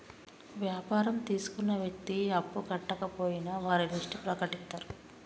వ్యాపారం తీసుకున్న వ్యక్తి అప్పు కట్టకపోయినా వారి లిస్ట్ ప్రకటిత్తరు